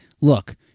look